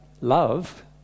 love